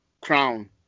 Crown